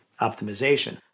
optimization